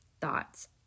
thoughts